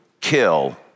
kill